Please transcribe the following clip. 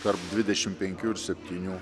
tarp dvidešim penkių ir septynių